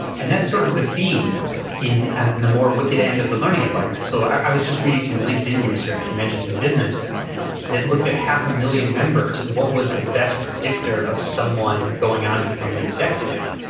and that's sort of the theme in the more wicked end of the learning environment. so i was just reading some linkedin research you mentioned in business that looked at half a million members and what was the best predictor of someone going on to become an executive?